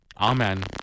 Amen